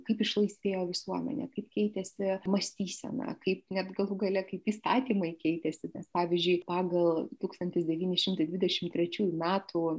kaip išlaisvėjo visuomenė kaip keitėsi mąstyseną kaip net galų gale kaip įstatymai keitėsi nes pavyzdžiui pagal tūkstantis devyni šimtai dvidešimt trečiųjų metų